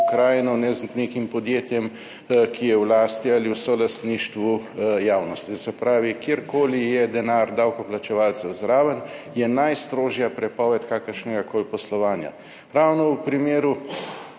ne z nekim podjetjem, ki je v lasti ali v solastništvu javnosti. Se pravi, kjerkoli je denar davkoplačevalcev zraven, je najstrožja prepoved kakršnegakoli poslovanja,